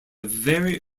very